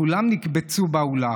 "כֻלם נקבצו באו לך".